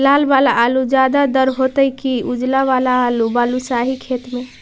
लाल वाला आलू ज्यादा दर होतै कि उजला वाला आलू बालुसाही खेत में?